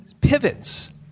pivots